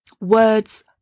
Words